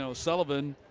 so sullivan,